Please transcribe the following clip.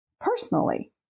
personally